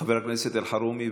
חבר הכנסת אלחרומי,